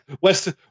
West